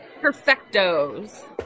perfectos